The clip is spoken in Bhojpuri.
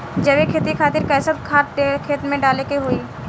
जैविक खेती खातिर कैसन खाद खेत मे डाले के होई?